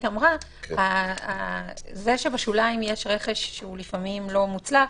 אמרה: זה שבשוליים יש רכש שהוא לפעמים לא מוצלח,